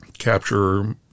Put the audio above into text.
capture